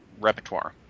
repertoire